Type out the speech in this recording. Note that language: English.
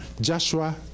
Joshua